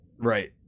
right